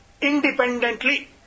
independently